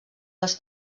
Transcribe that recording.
les